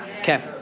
Okay